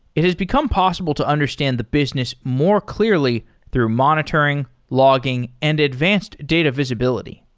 it has become possible to understand the business more clearly through monitoring, logging and advanced data visibility.